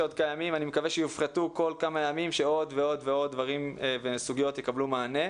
אני מקווה שיפחתו במשך הימים ועוד סוגיות יקבלו מענה.